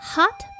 Hot